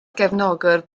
gefnogwr